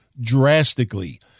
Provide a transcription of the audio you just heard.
drastically